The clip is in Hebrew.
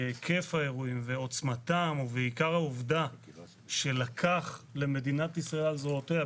שהיקף האירועים ועוצמתם ועיקר העובדה שלקח למדינת ישראל על זרועותיה,